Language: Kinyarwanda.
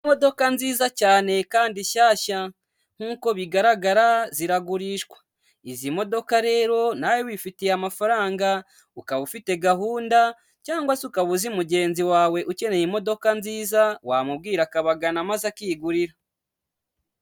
Imodoka nziza cyane kandi shyashya, nkuko bigaragara ziragurishwa, izi modoka rero nawe wifitiye amafaranga, ukaba ufite gahunda cyangwa se ukaba uzi mugenzi wawe ukeneye imodoka nziza, wamubwira akabagana maze akigurira.